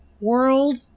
world